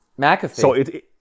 McAfee